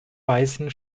weißen